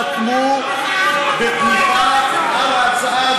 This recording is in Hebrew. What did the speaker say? חתמו בתמיכה על ההצעה,